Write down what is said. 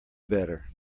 better